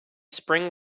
spring